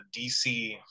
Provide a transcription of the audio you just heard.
DC